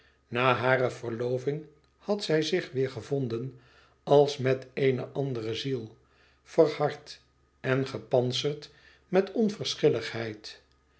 na hare verloving had zij zich weêr gevonden als met eene andere ziel verhard en gepantserd met onverschilligheid